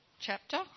chapter